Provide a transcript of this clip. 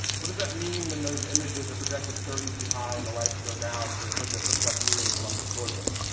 what does that mean when those images are projected thirty feet high and the lights go down, for a kid that looks like me in columbus, georgia?